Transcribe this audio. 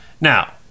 Now